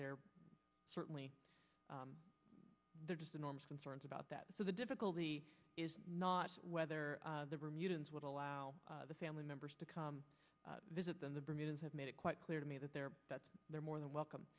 there certainly they're just enormous concerns about that so the difficulty is not whether the or mutants would allow the family members to come visit them the britons have made it quite clear to me that they're that they're more than welcome